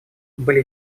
были